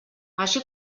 així